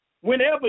whenever